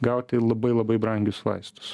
gauti labai labai brangius vaistus